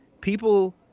people